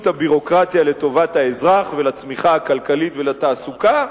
הביורוקרטיה לטובת האזרח ולצמיחה הכלכלית ולתעסוקה,